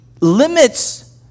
limits